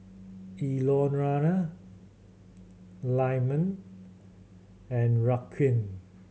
Eleonora Lyman and Raquan